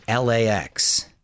LAX